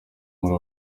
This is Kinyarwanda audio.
muri